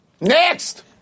Next